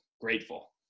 Grateful